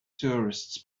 tourists